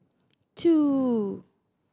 two